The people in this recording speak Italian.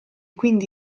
quindi